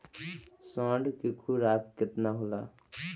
साँढ़ के खुराक केतना होला?